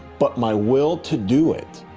but my will to do it,